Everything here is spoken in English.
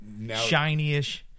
shinyish